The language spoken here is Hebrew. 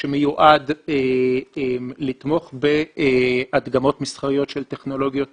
שמיועד לתמוך בהדגמות מסחריות של טכנולוגיות